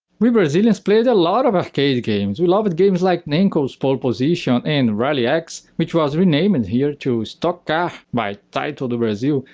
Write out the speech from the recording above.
we brazilians played a lot of arcade games. we loved games like namco's pole position and rally-x, which was renamed here to stock car by taito do brasil,